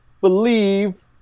believe